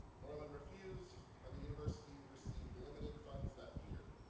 norlin refused and the university received limited funds that year.